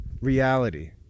reality